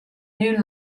new